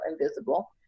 invisible